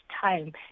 time